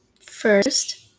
first